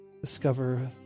discover